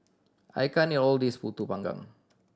I can't eat all of this Pulut Panggang